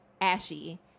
ashy